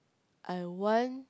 I want